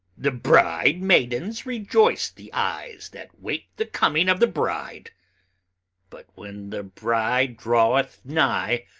the bride-maidens rejoice the eyes that wait the coming of the bride but when the bride draweth nigh,